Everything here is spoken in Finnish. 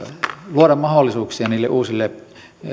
luoda mahdollisuuksia niille uusille